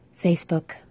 Facebook